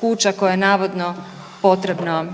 kuća koje navodno potrebno